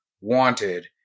wanted